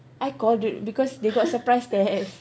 I called her because they got surprise test